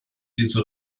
diese